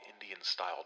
Indian-style